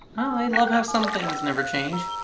i love how some things never change.